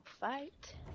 fight